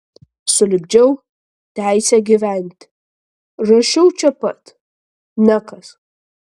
sulipdžiau teisę gyventi rašiau čia pat nekas